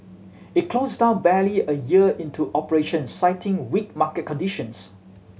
it closed down barely a year into operations citing weak market conditions